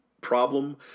problem